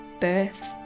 birth